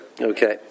Okay